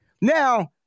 Now